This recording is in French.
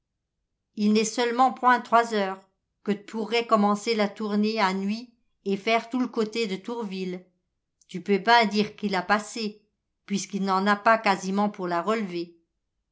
i n'est seulement point trois heures qu tu pourrais commencer la tournée anuit et faire tout coté de tourville tu peux ben dire qu'il a passé puisqu'i n'en a pas quasiment pour la relevée